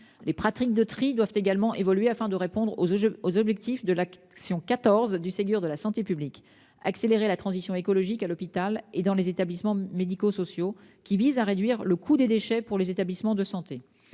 Les pratiques de tri doivent également évoluer afin de répondre aux enjeux aux objectifs de l'action 14 du Ségur de la santé publique. Accélérer la transition écologique à l'hôpital et dans les établissements médico-sociaux qui vise à réduire le coût des déchets pour les établissements de santé.